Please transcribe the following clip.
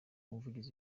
umuvugizi